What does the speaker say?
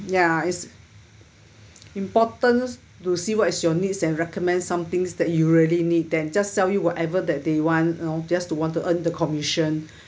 ya it's important to see what is your needs and recommend somethings that you really need them just sell you whatever that they want you know just to want to earn the commission